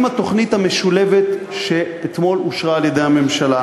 עם התוכנית המשולבת שאתמול אושרה על-ידי הממשלה,